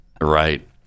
Right